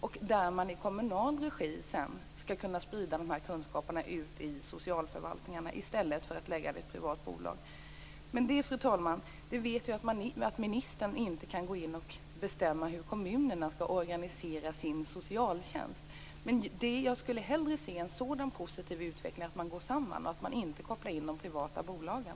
Sedan skall man i kommunal regi kunna sprida de här kunskaperna ut i socialförvaltningarna i stället för att lägga det i ett privat bolag. Jag vet, fru talman, att ministern inte kan gå in och bestämma hur kommunerna skall organisera sin socialtjänst. Men jag skulle hellre se en sådan positiv utveckling, att man går samman och inte kopplar in de privata bolagen.